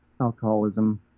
alcoholism